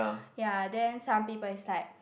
ya then some people is like